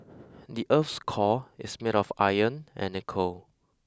the earth's core is made of iron and nickel